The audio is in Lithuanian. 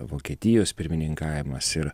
vokietijos pirmininkavimas ir